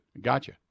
Gotcha